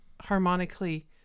harmonically